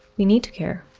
we need to care.